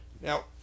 Now